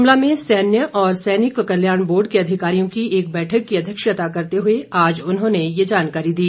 शिमला में सैन्य और सैनिक कल्याण बोर्ड के अधिकारियों की एक बैठक की अध्यक्षता करते हुए आज उन्होंने ये जानकारी दी